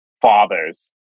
fathers